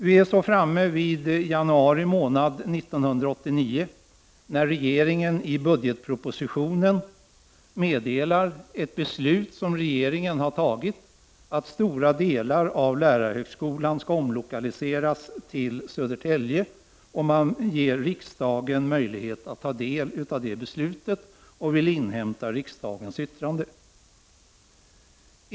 Vi är så framme vid januari månad 1989, när regeringen i budgetpropositionen meddelar att den fattat beslut om att stora delar av lärarhögskolan skall omlokaliseras till Södertälje. Regeringen ger riksdagen möjlighet att ta del av detta beslut och vill inhämta riksdagens yttrande.